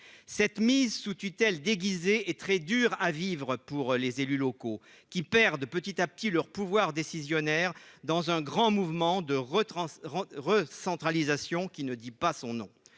Cette mise sous tutelle déguisée est dure à vivre pour les élus locaux. Ils perdent peu à peu leur pouvoir décisionnaire dans un grand mouvement de recentralisation qui ne dit pas son nom.